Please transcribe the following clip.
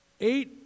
Eight